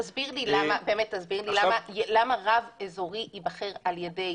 תסביר לי למה רב אזורי ייבחר על ידי